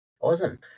Awesome